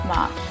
March